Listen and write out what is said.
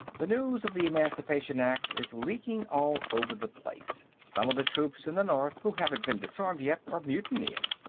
the news of the emancipation act is leaking all over the place. some of the troops in the north who haven't been disarmed yet are mutinying,